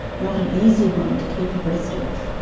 not an easy one to keep abreast of.